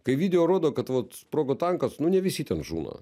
tai video rodo kad vat sprogo tankas nu ne visi ten žūna